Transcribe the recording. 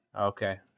Okay